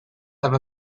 have